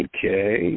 Okay